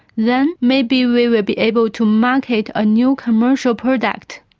then maybe we will be able to market a new commercial product.